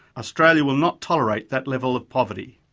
australia will not tolerate that level of poverty.